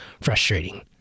frustrating